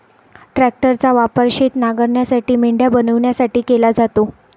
ट्रॅक्टरचा वापर शेत नांगरण्यासाठी, मेंढ्या बनवण्यासाठी केला जातो